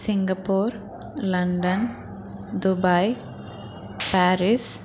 Singapore London Dubai Paris